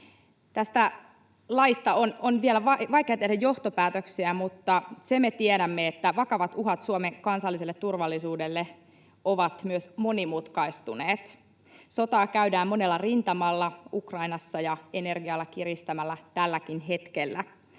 Tästä laista on vielä vaikea tehdä johtopäätöksiä, mutta sen me tiedämme, että vakavat uhat Suomen kansalliselle turvallisuudelle ovat myös monimutkaistuneet. Sotaa käydään monella rintamalla, Ukrainassa ja energialla kiristämällä, tälläkin hetkellä.